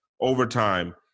overtime